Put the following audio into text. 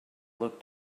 looked